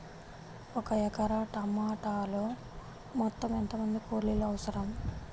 ఒక ఎకరా టమాటలో మొత్తం ఎంత మంది కూలీలు అవసరం?